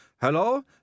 Hello